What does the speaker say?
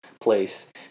place